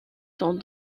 sont